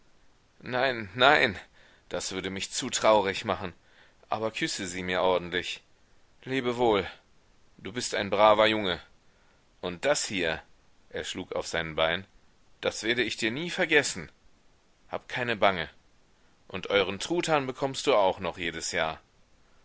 nein nein das würde mich zu traurig machen aber küsse sie mir ordentlich lebe wohl du bist ein braver junge und das hier er schlug auf sein bein das werde ich dir nie vergessen hab keine bange und euren truthahn bekommst du auch noch jedes jahr